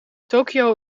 tokio